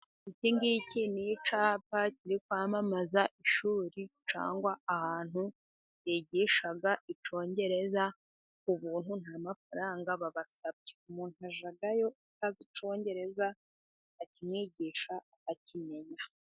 Iki ngiki ni icyapa kiri kwamamaza ishuri, cyangwa ahantu bigisha icyongereza ku ubuntu, nta mafaranga babasabye, umuntu ajyayo atazi icyongereza, bakakimwigisha akakimenya.